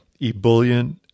ebullient